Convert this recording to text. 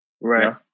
Right